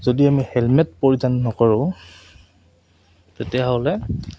যদি আমি হেলমেট পৰিধান নকৰোঁ তেতিয়াহ'লে